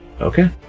Okay